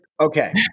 Okay